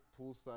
poolside